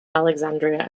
alexandria